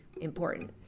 important